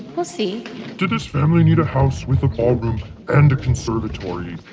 we'll see did this family need a house with a ballroom and a conservatory?